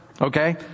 Okay